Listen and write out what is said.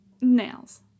Nails